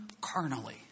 carnally